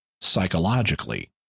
psychologically